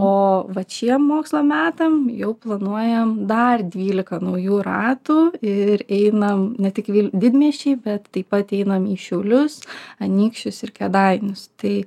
o vat šiem mokslo metam jau planuojam dar dvylika naujų ratų ir einam ne tik didmiesčiai bet taip pat einam į šiaulius anykščius ir kėdainius tai